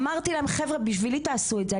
אמרתי להם חבר'ה בשבילי תעשו את זה,